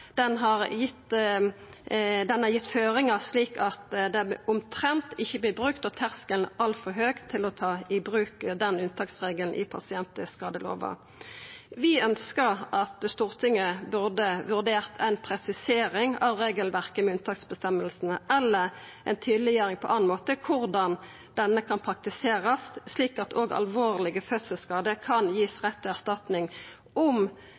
gitt føringar, slik at unntaksregelen omtrent ikkje blir brukt, og at terskelen er altfor høg til å ta i bruk unntaksregelen i pasientskadelova. Vi meiner at Stortinget burde vurdert ei presisering av regelverket med unntaksføresegnene eller på annan måte ei tydeleggjering av korleis denne kan praktiserast, slik at òg alvorlege fødselsskadar kan gi rett til erstatning. Om